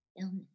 illness